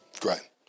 Great